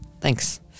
Thanks